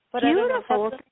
Beautiful